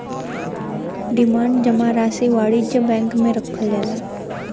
demand जमा राशी वाणिज्य बैंक मे रखल जाला